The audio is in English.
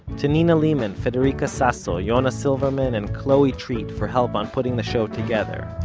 to nina lehman, federica sasso, yona silverman, and chloe treat for help on putting the show together.